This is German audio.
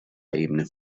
ebene